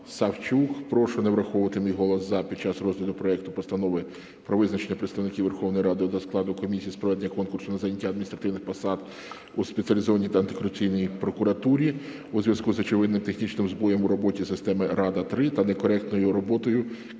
Савчук: "Прошу не враховувати мій голос "за" під час розгляду проекту Постанови про визначення представників Верховної Ради до складу комісії з проведення конкурсу на зайняття адміністративних посад у Спеціалізованій антикорупційній прокуратурі у зв'язку з очевидним технічним збоєм у роботі системи "Рада-3" та некоректною роботою